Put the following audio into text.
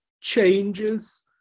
changes